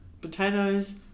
Potatoes